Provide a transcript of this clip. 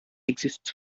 exists